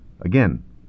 Again